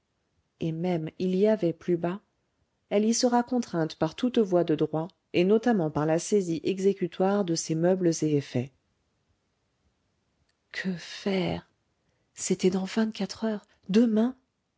et même il y avait plus bas elle y sera contrainte par toute voie de droit et notamment par la saisie exécutoire de ses meubles et effets que faire c'était dans vingt-quatre heures demain